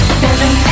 seven